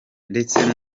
ndetse